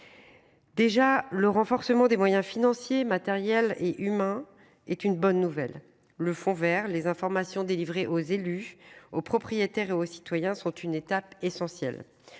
Déjà le renforcement des moyens financiers et matériels et humains est une bonne nouvelle, le fonds vers les informations délivrées aux élus, aux propriétaires et aux citoyens sont une étape essentielle.